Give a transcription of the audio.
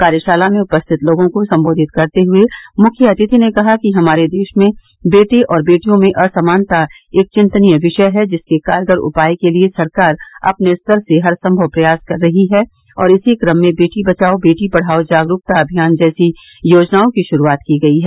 कार्यशाला में उपस्थित लोगों को सम्बोधित करते हुए मुख्य अतिथि ने कहा कि हमारे देश में बेटे और बेटियों में असमानता एक चिन्तनीय विषय है जिसके कारगर उपाय के लिए सरकार अपने स्तर से हर संभव प्रयास कर रही है और इसी कम में बेटी बचाओ बेटी पढ़ाओ जागरूकता अभियान जैसी योजनाओं की शुरूआत की गई है